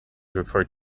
referred